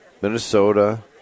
Minnesota